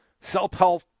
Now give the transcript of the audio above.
self-help